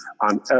on